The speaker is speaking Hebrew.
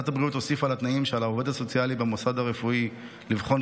ועדת הבריאות הוסיפה לתנאים שעל העובד הסוציאלי במוסד הרפואי לבחון,